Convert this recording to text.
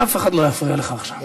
אף אחד לא יפריע לך עכשיו.